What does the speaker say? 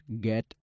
get